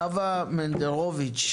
חווה מונדרוביץ',